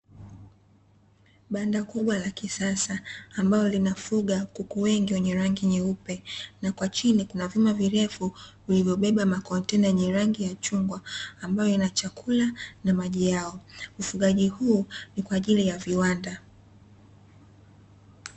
Banda kubwa la kisasa, ambalo linafuga kuku wengi wenye rangi nyeupe na kwa chini kuna vyuma virefu, vilivyobeba makontena yenye rangi ya chungwa ambayo yana chakula na maji yao. Ufugaji huu ni kwa ajili ya viwanda.